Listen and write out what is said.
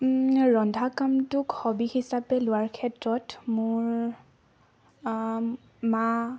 ৰন্ধা কামটোক হবি হিচাপে লোৱাৰ ক্ষেত্ৰত মোৰ মা